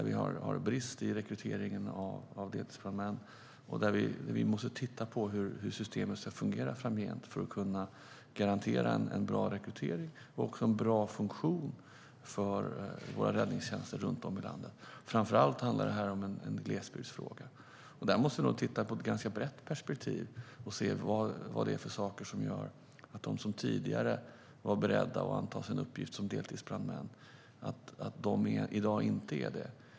Vi har en brist i rekryteringen av deltidsbrandmän och måste titta på hur systemet ska fungera framgent för att kunna garantera en bra rekrytering och också en bra funktion för våra räddningstjänster runt om i landet. Framför allt är detta en glesbygdsfråga. Man måste nog titta på ett ganska brett perspektiv och se vad det är som gör att de som tidigare var beredda att anta en uppgift som deltidsbrandman inte är det i dag.